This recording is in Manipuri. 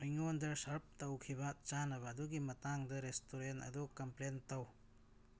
ꯑꯩꯉꯣꯟꯗ ꯁꯔꯕ ꯇꯧꯈꯤꯕ ꯆꯥꯅꯕ ꯑꯗꯨꯒꯤ ꯃꯇꯥꯡꯗ ꯔꯦꯁꯇꯨꯔꯦꯟ ꯑꯗꯨ ꯀꯝꯄ꯭ꯂꯦꯟ ꯇꯧ